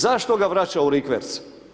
Zašto ga vraća u rikverc?